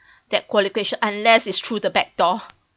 that qualification unless is through the back door